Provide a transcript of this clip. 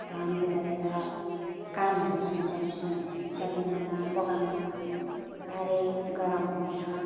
घामले गरेर कामहरू पनि गर्नु जानु सकिँदैन बगानमा साह्रै गरम हुन्छ